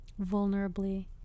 vulnerably